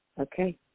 Okay